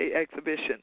exhibition